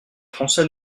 français